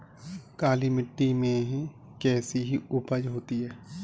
काली मिट्टी में कैसी उपज होती है?